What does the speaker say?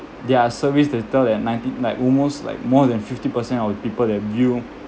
there are surveys to tell that nineteen like almost like more than fifty percent of people that view